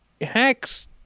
hacks